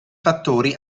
fattori